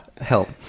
Help